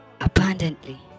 abundantly